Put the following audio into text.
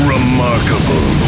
Remarkable